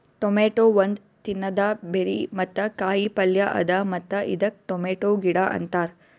tomato ಒಂದ್ ತಿನ್ನದ berry ಮತ್ತ ಕಾಯಿ ಪಲ್ಯ ಅದಾ ಮತ್ತ ಇದಕ್ ಟೊಮೇಟೊ ಗಿಡ ಅಂತಾರ್